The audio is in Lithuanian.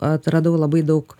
atradau labai daug